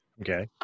Okay